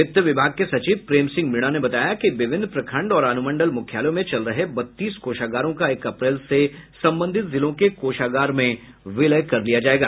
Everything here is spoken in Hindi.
वित्त विभाग के सचिव प्रेम सिंह मीणा ने बताया कि विभिन्न प्रखंड और अनुमंडल मुख्यालयों में चल रहे बत्तीस कोषागारों का एक अप्रैल से संबंधित जिलों के कोषागार में विलय कर लिया जायेगा